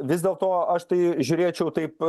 vis dėl to aš tai žiūrėčiau taip